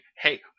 hey